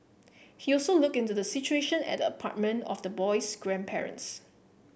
he also looked into the situation at the apartment of the boy's grandparents